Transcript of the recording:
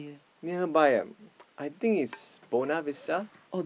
nearby ah I think is Buona-Vista